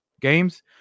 games